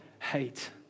hate